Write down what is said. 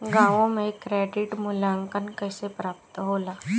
गांवों में क्रेडिट मूल्यांकन कैसे प्राप्त होला?